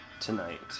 tonight